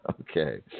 Okay